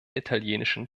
italienischen